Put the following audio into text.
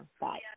Bye